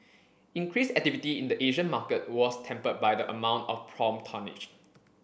increased activity in the Asian market was tempered by the amount of prompt tonnage